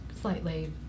slightly